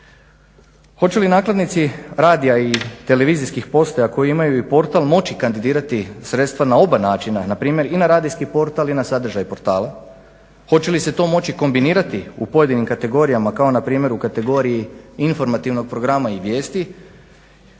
Hoće li nakladnici radija i televizijskih postaja koji imaju i portal moći kandidirati sredstva na oba načina, na primjer i na radijski portal i na sadržaj portala. Hoće li se to moći kombinirati u pojedinim kategorijama kao na primjer u kategoriji informativnog programa i vijesti